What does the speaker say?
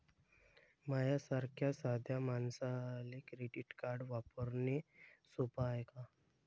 माह्या सारख्या साध्या मानसाले क्रेडिट कार्ड वापरने सोपं हाय का?